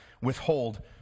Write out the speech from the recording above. Withhold